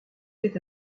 fait